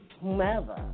whomever